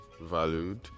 valued